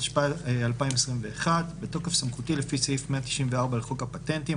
התשפ"א 2021. בתוקף סמכותי לפי סעיף 194 לחוק הפטנטים,